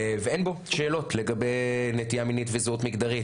ואין בו שאלות לגבי נטייה מינית וזהות מגדרית,